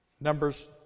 Numbers